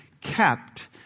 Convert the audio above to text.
kept